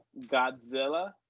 Godzilla